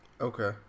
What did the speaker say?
Okay